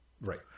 Right